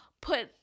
put